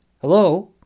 Hello